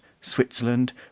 Switzerland